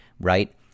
right